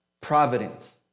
providence